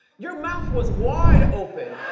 your mouth was wide open.